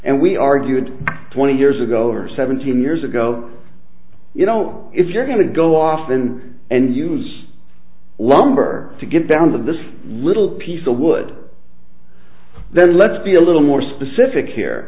and we argued twenty years ago or seventeen years ago you know if you're going to go off in and use lumber to get down to this little piece a wood then let's be a little more specific here